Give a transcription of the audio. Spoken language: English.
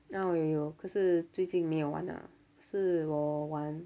oh 我有可是最近没有玩啊是我玩